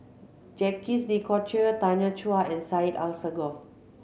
Jacques De Coutre Tanya Chua and Syed Alsagoff